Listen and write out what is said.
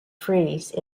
freeze